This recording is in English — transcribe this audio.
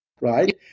right